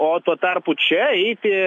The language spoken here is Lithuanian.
o tuo tarpu čia eiti